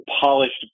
polished